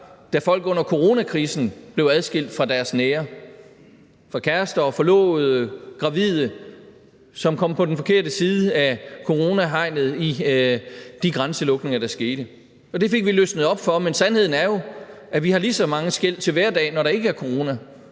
da folk under coronakrisen blev adskilt fra deres nære – fra kærester, forlovede, gravide, som kom på den forkerte side af coronahegnet i de grænselukninger, der skete. Det fik vi løsnet op for, men sandheden er jo, at vi har lige så mange skel til hverdag, når der ikke er corona,